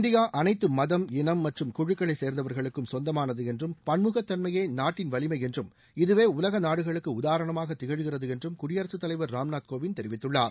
India அனைத்து மதம் இனம் மற்றும் குழுக்களைச் சேர்ந்தவர்களுக்கும் சொந்தமானது என்றும் பன்முகத்தன்மயே நாட்டின் வலிமை என்றும் இதுவே உலக நாடுகளுக்கு உதாரணமாக திகழ்கிறது என்றும் குடியரசுத் தலைவர் ராம்நாத் கோவிந்த் தெரிவித்துள்ளார்